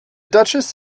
duchess